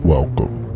Welcome